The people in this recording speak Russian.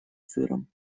сыром